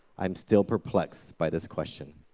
i'm still perplexed by this question.